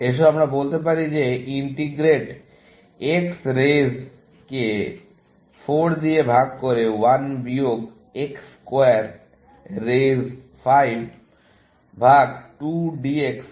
এসো আমরা বলতে পারি যে ইন্টিগ্রেট X raise কে 4 দিয়ে ভাগ করে 1 বিয়োগ X স্কোয়ার raise 5 ভাগ 2 d x